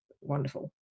wonderful